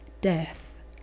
death